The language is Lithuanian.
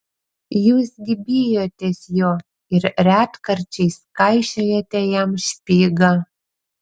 jūs gi bijotės jo ir retkarčiais kaišiojate jam špygą